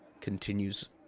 continues